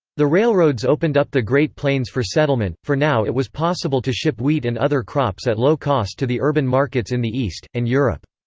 the railroads opened up the great plains for settlement, for now it was possible to ship wheat and other crops at low cost to the urban markets in the east, and europe.